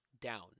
down